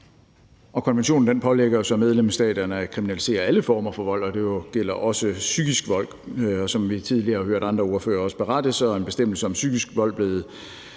konvention pålægger så medlemsstaterne at kriminalisere alle former for vold, og det gælder også psykisk vold. Som vi også tidligere har hørt andre ordførere berette, er der blevet indsat en bestemmelse om psykisk vold i den